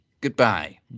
Goodbye